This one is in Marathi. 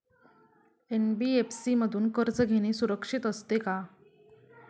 एन.बी.एफ.सी मधून कर्ज घेणे सुरक्षित असते का?